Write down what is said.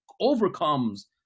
overcomes